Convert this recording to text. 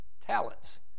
talents